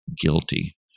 guilty